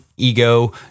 ego